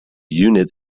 unit